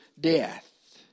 death